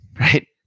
right